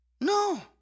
No